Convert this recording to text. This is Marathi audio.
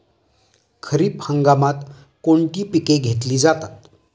खरीप हंगामात कोणती पिके घेतली जातात?